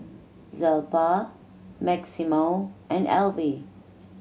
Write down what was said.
Zelpha Maximo and Alvy